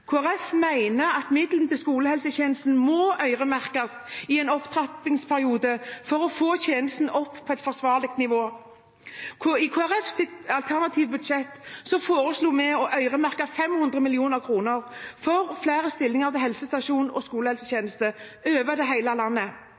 midlene til skolehelsetjenesten må øremerkes i en opptrappingsperiode for å få tjenesten opp på et forsvarlig nivå. I Kristelig Folkepartis alternative budsjett foreslo vi å øremerke 500 mill. kr til flere stillinger på helsestasjoner og i skolehelsetjenesten over hele landet.